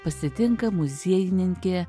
pasitinka muziejininkė